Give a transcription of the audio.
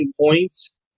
points